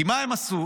כי מה הם עשו?